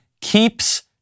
keeps